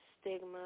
stigma